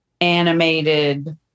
animated